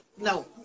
No